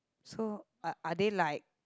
so are are they like